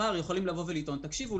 שמחר יכולים לבוא ולהגיד: תקשיבו,